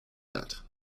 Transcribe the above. that